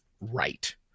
right